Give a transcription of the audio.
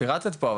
את לא פירטת פה,